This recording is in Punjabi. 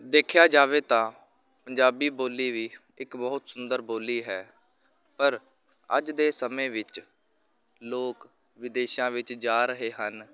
ਦੇਖਿਆ ਜਾਵੇ ਤਾਂ ਪੰਜਾਬੀ ਬੋਲੀ ਵੀ ਇੱਕ ਬਹੁਤ ਸੁੰਦਰ ਬੋਲੀ ਹੈ ਪਰ ਅੱਜ ਦੇ ਸਮੇਂ ਵਿੱਚ ਲੋਕ ਵਿਦੇਸ਼ਾਂ ਵਿੱਚ ਜਾ ਰਹੇ ਹਨ